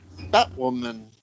Batwoman